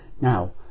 now